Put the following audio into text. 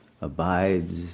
abides